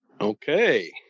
Okay